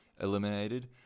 eliminated